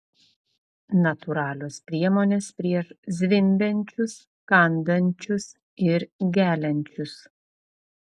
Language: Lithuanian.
natūralios priemonės prieš zvimbiančius kandančius ir geliančius